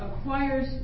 acquires